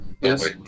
Yes